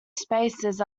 spaces